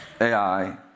AI